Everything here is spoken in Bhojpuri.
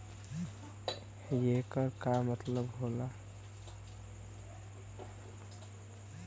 येकर का मतलब होला?